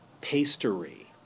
pastry